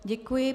Děkuji.